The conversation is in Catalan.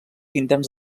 interns